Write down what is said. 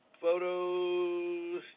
photos